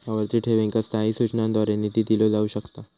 आवर्ती ठेवींका स्थायी सूचनांद्वारे निधी दिलो जाऊ शकता